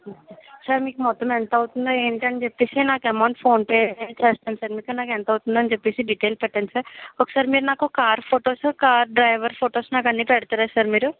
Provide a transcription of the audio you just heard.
sir మీకు మొత్తం ఎంత అవుతుంది ఏంటి అని చెప్పేసి నాకు అమౌంట్ ఫోన్ పే చేస్తాను సార్ మీకు నాకు ఎంత అవుతుందో అని చెప్పేసి డీటెయిల్స్ పెట్టండి సార్ ఒకసారి మీరు నాకు car photos car driver photos నాకు అన్నిపెడతారా సార్ మీరు